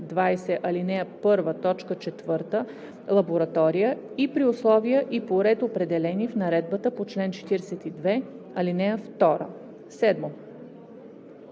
ал. 1, т. 4 лаборатория и при условия и по ред, определени в наредбата по чл. 42, ал. 2.“